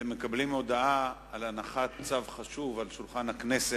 אתם מקבלים הודעה על הנחת צו חשוב על שולחן הכנסת,